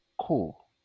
Cool